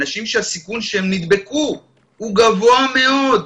אנשים שהסיכון שהם נדבקו הוא גבוה מאוד,